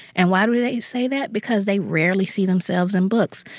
and why do they say that? because they rarely see themselves in books.